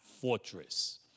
fortress